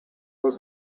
was